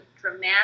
dramatic